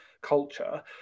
culture